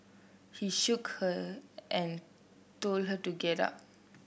he shook her and told her to get up